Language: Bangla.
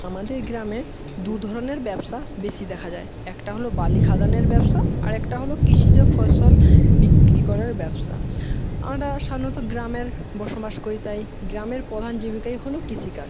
আমাদের গ্রামে দুধরণের ব্যবসা বেশি দেখা যায় একটা হলো বালি খাদানের ব্যবসা আরেকটা হলো কৃষিজ ফসল বিক্রি করার ব্যবসা আমরা সাধারণত গ্রামের বসবাস করি তাই গ্রামের প্রধান জীবিকাই হলো কৃষিকাজ